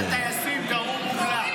לטייסים קראו "מוגלה".